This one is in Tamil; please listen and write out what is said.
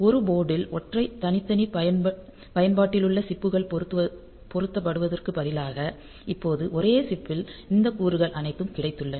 ஒரு போர்டில் ஒற்றை தனி தனி பயன்பாட்டிலுள்ள சிப் புகள் பொருத்தப்படுவதற்கு பதிலாக இப்போது ஒரே சிப் பில் இந்த கூறுகள் அனைத்தும் கிடைத்துள்ளன